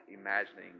imagining